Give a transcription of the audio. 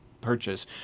purchase